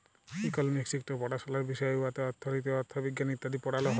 economics ইকট পাড়াশলার বিষয় উয়াতে অথ্থলিতি, অথ্থবিজ্ঞাল ইত্যাদি পড়াল হ্যয়